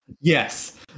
Yes